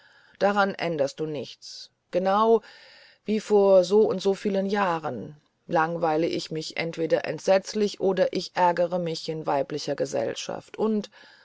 daran änderst du nichts genau wie vor so und so viel jahren langweile ich mich entweder entsetzlich oder ich ärgere mich in weiblicher gesellschaft und